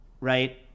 right